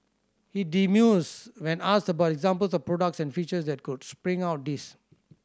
he demurs when asked about examples of products and features that could spring out of this